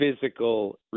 physical